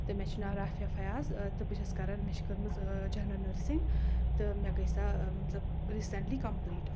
تہٕ مےٚ چھُ ناو رافیا فیاض تہٕ بہٕ چھَس کَرَان مےٚ چھِ کٔرمٕژ جَنرَل نٔرسِنٛگ تہٕ مےٚ گٔے سۄ مطلب ریٖسنٛٹلی کَمپٕلیٖٹ